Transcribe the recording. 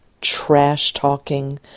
trash-talking